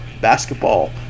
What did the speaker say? basketball